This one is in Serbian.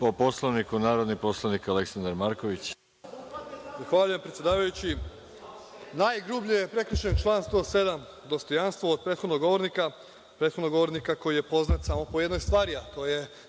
poslanik Aleksandar Marković. **Aleksandar Marković** Zahvaljujem predsedavajući. Najgrublje je prekršen član 107. dostojanstvo prethodnog govornika, prethodnog govornika koji je poznat samo po jednoj stvari, a to je